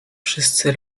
wszyscy